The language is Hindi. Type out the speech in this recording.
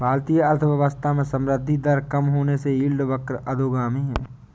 भारतीय अर्थव्यवस्था में संवृद्धि दर कम होने से यील्ड वक्र अधोगामी है